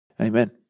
Amen